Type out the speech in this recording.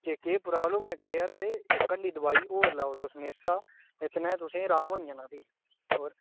जे केह् प्राब्लम ऐ क्लियर ते इक आह्ली दवाई होर लाओ तुस मेरे शा जेह्दे नै तुसें आराम होई जाना फ्ही होर